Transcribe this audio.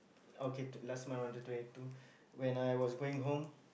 okay two last month on the twenty two when I was going home